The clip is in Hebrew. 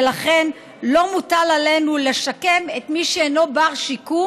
ולכן לא מוטל עלינו לשקם את מי שאינו בר-שיקום